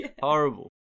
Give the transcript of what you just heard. Horrible